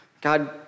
God